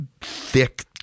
thick